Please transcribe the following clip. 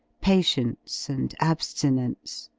patience, and abstinence.